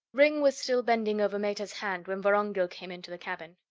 ringg was still bending over meta's hand when vorongil came into the cabin.